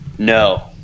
no